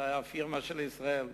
וזה היה הפירמה של ישראל.